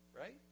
Right